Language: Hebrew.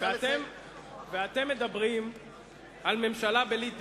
ואתם מדברים על ממשלה בלי דרך.